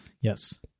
yes